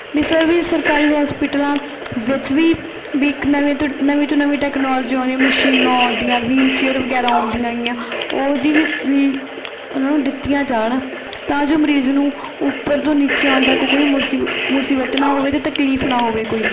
ਵੀ sir ਵੀ ਸਰਕਾਰੀ ਹੋਸਪੀਟਲਾਂ ਵਿੱਚ ਵੀ ਬਈ ਇੱਕ ਨਵੀਂ ਤੋਂ ਨਵੀਂ ਤੋਂ ਨਵੀਂ ਟੈਕਨੋਲਜੀ ਆਉਂਦੀ ਮਸ਼ੀਨਾਂ ਆਉਂਦੀਆਂ ਵੀਲਚੇਅਰ ਵਗੈਰਾਂ ਆਉਂਦੀਆਂ ਹੈਗੀਆਂ ਉਹਦੀ ਵੀ ਵੀ ਉਹਨਾਂ ਨੂੰ ਦਿੱਤੀਆਂ ਜਾਣ ਤਾਂ ਜੋ ਮਰੀਜ਼ ਨੂੰ ਉੱਪਰ ਤੋਂ ਨੀਚੇ ਆਉਣ ਤੱਕ ਕੋਈ ਮੁਸੀਬਤ ਮੁਸੀਬਤ ਨਾ ਹੋਵੇ ਅਤੇ ਤਕਲੀਫ ਨਾ ਹੋਵੇ ਕੋਈ